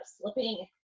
slipping